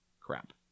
crap